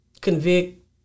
convict